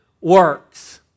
works